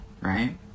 right